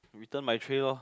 to return my tray lor